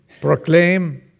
proclaim